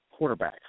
quarterbacks